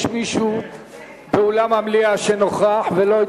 יש מישהו באולם המליאה שנוכח ולא הצביע?